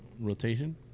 rotation